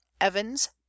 Evans